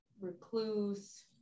recluse